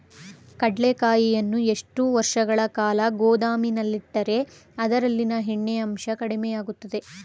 ಕಡ್ಲೆಕಾಯಿಯನ್ನು ಎಷ್ಟು ವರ್ಷಗಳ ಕಾಲ ಗೋದಾಮಿನಲ್ಲಿಟ್ಟರೆ ಅದರಲ್ಲಿಯ ಎಣ್ಣೆ ಅಂಶ ಕಡಿಮೆ ಆಗುತ್ತದೆ?